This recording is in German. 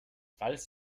falls